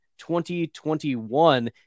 2021